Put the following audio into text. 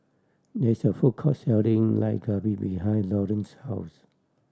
there is a food court selling Dak Galbi behind Laurence's house